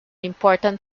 important